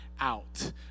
out